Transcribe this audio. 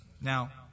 Now